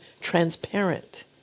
transparent